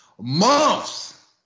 Months